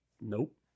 nope